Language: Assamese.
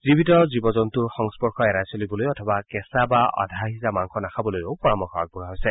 জীৱিত জীৱ জন্তৰ সংস্পৰ্শ এৰাই চলিবলৈ অথবা কেঁচা বা আধাসিজা মাংস নাখাবলৈও পৰামৰ্শ আগবঢ়োৱা হৈছে